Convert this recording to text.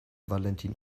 valentin